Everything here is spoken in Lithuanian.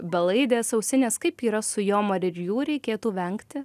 belaidės ausinės kaip yra su jom ar ir jų reikėtų vengti